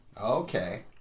Okay